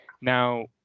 Now